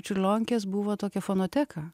čiurlionkės buvo tokia fonoteka